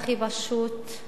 הכי פשוט,